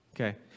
Okay